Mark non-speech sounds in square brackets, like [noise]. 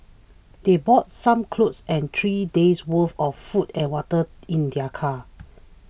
they brought some clothes and three day's worth of food and water in their car [noise]